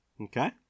Okay